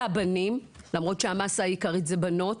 למרות שהמסה העיקרית זה בנות,